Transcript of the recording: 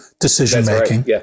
decision-making